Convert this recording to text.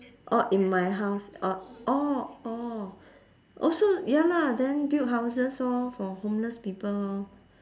orh in my house uh orh orh oh so ya lah then build houses orh for homeless people orh